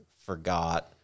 forgot